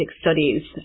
studies